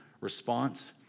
response